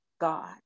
God